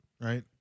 right